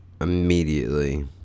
Immediately